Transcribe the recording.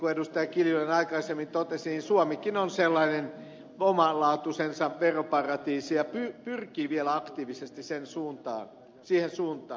kimmo kiljunen aikaisemmin totesi suomikin on sellainen omanlaatuisensa veroparatiisi ja pyrkii vielä aktiivisesti siihen suuntaan